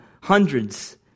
hundreds